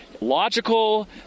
logical